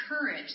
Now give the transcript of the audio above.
courage